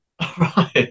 Right